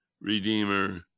Redeemer